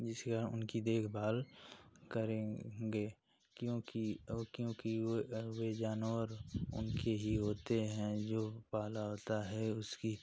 जिसके कारण उनकी देखभाल करेंगे क्योंकि और क्योंकि वह वह जानवर उनके ही होते हैं जो पाला होता है उसकी